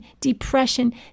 depression